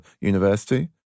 university